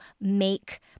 make